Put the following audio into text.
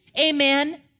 amen